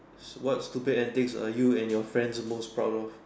s~ what stupid antics are you and your friends most proud of